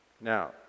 Now